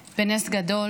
בנס גדול,